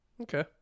okay